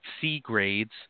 C-grades